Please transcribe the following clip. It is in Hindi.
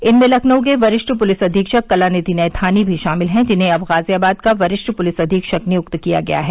इनमें लखनऊ के वरिष्ठ पुलिस अधीक्षक कलानिधि नैथानी भी शामिल हैं जिन्हें अब गाजियाबाद का वरिष्ठ पुलिस अधीक्षक नियुक्त किया गया है